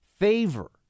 Favor